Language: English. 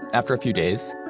after a few days,